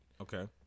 Okay